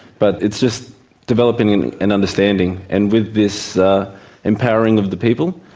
but it's just developing and an understanding, and with this empowering of the people,